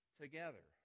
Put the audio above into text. together